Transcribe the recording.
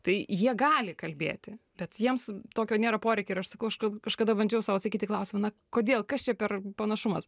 tai jie gali kalbėti bet jiems tokio nėra kažkada bandžiau sau atsakyt į klausimą kodėl kas čia per panašumas